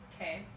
Okay